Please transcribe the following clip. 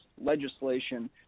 legislation